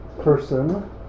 person